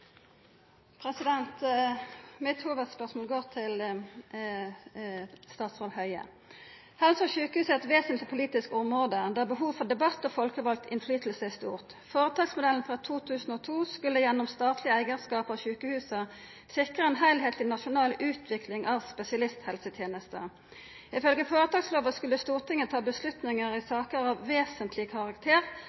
hovedspørsmål. Mitt hovudspørsmål går til statsråd Høie. Helse og sjukehus er eit vesentleg politisk område, der behovet for debatt og folkevald innverknad er stort. Føretaksmodellen frå 2002 skulle gjennom statleg eigarskap av sjukehusa sikra ei heilskapleg nasjonal utvikling av spesialisthelsetenesta. Ifølgje foretaksloven skulle Stortinget ta avgjerder i saker «av vesentlig betydning», slik som nedlegging av